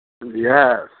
Yes